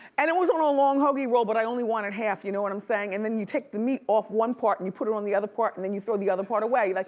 and it was on a long hoagie roll, but i only wanted half, you know what i'm saying? and then you take the meat off one part and you put it on the other part, and then you throw the other part away. like